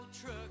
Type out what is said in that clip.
truck